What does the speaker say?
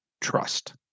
trust